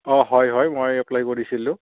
অঁ হয় হয় মই এপ্লাই কৰিছিলোঁ